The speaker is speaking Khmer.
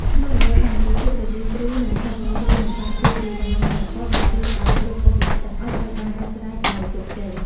ស្មារតីសាមគ្គីភាពរវាងគ្រូ និងសិស្សក្នុងគ្រាលំបាក គឺជាកម្លាំងចលករដែលជួយឱ្យគ្រប់ឧបសគ្គទាំងអស់ត្រូវបានដោះស្រាយដោយជោគជ័យ។